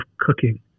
cooking